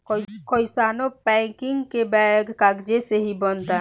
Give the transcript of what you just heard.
कइसानो पैकिंग के बैग कागजे से ही बनता